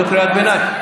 זאת קריאת ביניים.